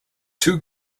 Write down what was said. two